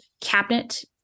cabinet